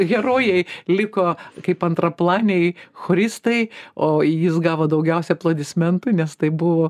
herojai liko kaip antraplaniai choristai o jis gavo daugiausiai aplodismentų nes tai buvo